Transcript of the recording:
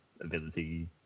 ability